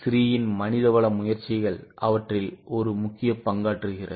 ஸ்ரீயின் மனிதவள முயற்சிகள் அவற்றில் ஒரு முக்கிய பங்காற்றுகிறது